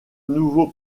nouveaux